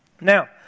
Now